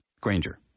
Granger